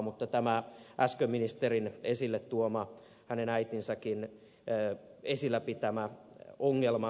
mutta tämä äsken ministerin esille tuoma hänen äitinsäkin esillä pitämä ongelma